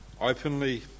openly